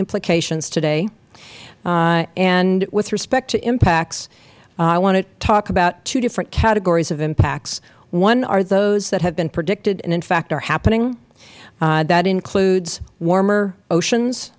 implications today and with respect to impacts i want to talk about two different categories of impacts one are those that have been predicted and in fact are happening that includes warmer oceans